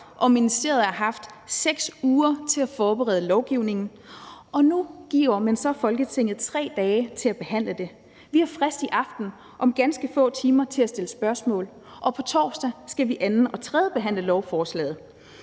og ministeriet har haft 6 uger til at forberede lovgivningen, og nu giver man så Folketinget 3 dage til at behandle det. Vi har frist i aften – om ganske få timer – til at stille spørgsmål, og på torsdag skal vi anden- og tredjebehandle lovforslaget.